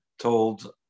told